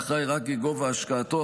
האחראי רק כגובה השקעתו.